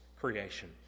creation